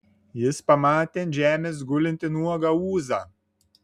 jis pamatė ant žemės gulintį nuogą ūzą